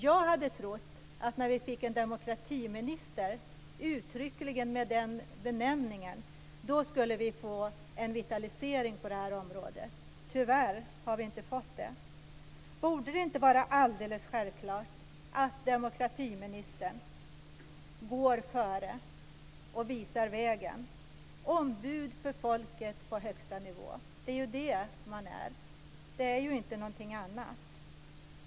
Jag hade trott att när vi fick en demokratiminister, med den uttryckliga benämningen, skulle vi också få en vitalisering på det här området. Tyvärr har vi inte fått det. Borde det inte vara alldeles självklart att demokratiministern går före och visar vägen? Ombud för folket på högsta nivå - det är ju det man är. Det är inte något annat.